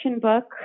book